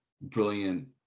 brilliant